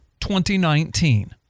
2019